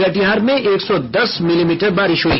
कटिहार में एक सौ दस मिलीमीटर बारिश हुई